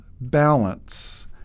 balance